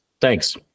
thanks